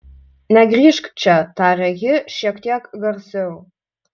negrįžk čia tarė ji šiek tiek garsiau